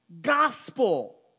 gospel